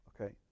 okay